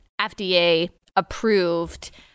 FDA-approved